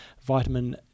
vitamin